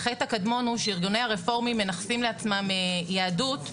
החטא הקדמון הוא שארגוני הרפורמים מנכסים לעצמם יהדות,